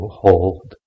hold